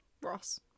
Ross